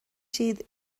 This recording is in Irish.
siad